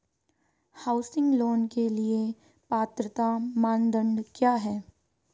Housing loan के लिए पात्रता मानदंड क्या हैं?